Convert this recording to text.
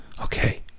Okay